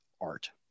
art